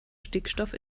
stickstoff